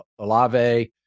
Alave